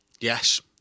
Yes